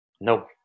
no